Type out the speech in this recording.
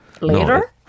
later